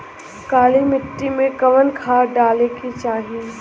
काली मिट्टी में कवन खाद डाले के चाही?